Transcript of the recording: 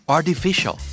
Artificial